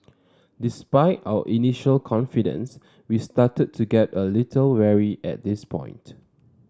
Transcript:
despite our initial confidence we started to get a little wary at this point